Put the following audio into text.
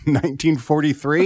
1943